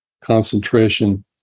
concentration